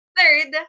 Third